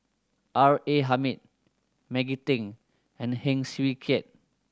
R A Hamid Maggie Teng and Heng Swee Keat